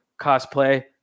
cosplay